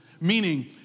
Meaning